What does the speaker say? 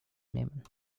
nehmen